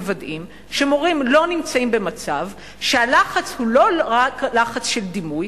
שמורים לא נמצאים במצב שהלחץ הוא לא רק לחץ של דימוי,